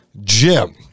Jim